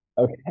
Okay